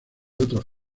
otros